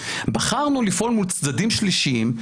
בחרנו לפעול מול צדדים שלישיים,